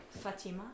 Fatima